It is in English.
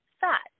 fat